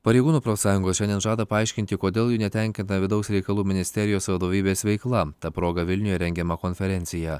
pareigūnų profsąjungos žada paaiškinti kodėl jų netenkina vidaus reikalų ministerijos vadovybės veikla ta proga vilniuje rengiama konferencija